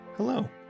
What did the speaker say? Hello